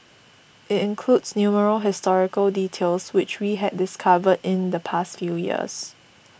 it includes numerous historical details which we had discovered in the past few years